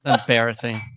Embarrassing